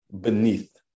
beneath